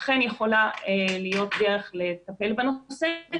אכן יכולה להיות דרך לטפל בנושא.